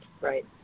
right